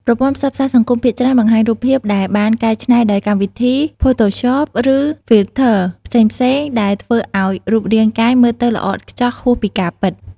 ប្រព័ន្ធផ្សព្វផ្សាយសង្គមភាគច្រើនបង្ហាញរូបភាពដែលបានកែច្នៃដោយកម្មវិធី ផូថូសប ឬ ហ្វីលធ័រ ផ្សេងៗ ដែលធ្វើឲ្យរូបរាងកាយមើលទៅល្អឥតខ្ចោះហួសពីការពិត។